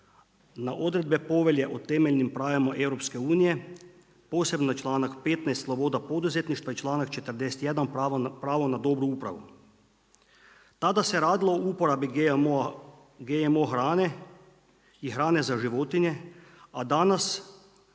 na odredbe Povelje o temeljnim pravima EU posebno članak 15. Sloboda poduzetništva i članak 41. Pravo na dobru upravu. Tada se radilo o uporabi GMO hrane i hrane za životinje a danas